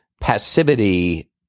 passivity